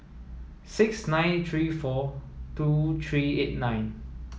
six nine three four two three eight nine